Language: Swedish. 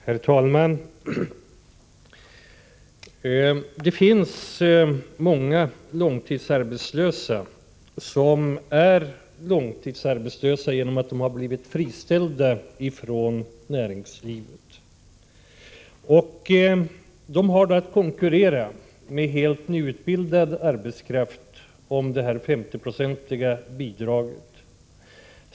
Herr talman! Det finns många långtidsarbetslösa som är långtidsarbetslösa därför att de har blivit friställda från näringslivet. De har då att konkurrera med helt nyutbildad arbetskraft om det 50-procentiga bidraget.